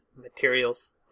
materials